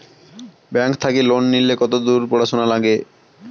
Bank থাকি loan নিলে কতদূর পড়াশুনা নাগে?